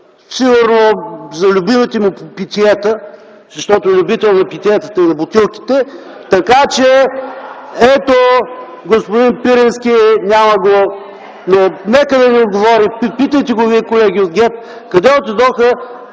сигурно за любимите му питиета, защото е любител на питиетата и на бутилките. (Смях.) Ето, господин Пирински, няма го, но нека да ви отговори. Питайте го, вие колеги от ГЕРБ: къде отидоха